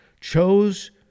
chose